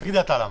אתה תסביר למה.